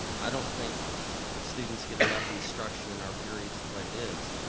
i don't think students get enough instruction or periods the way it is.